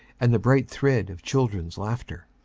and the bright thread of children's laughter.